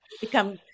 become